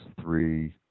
three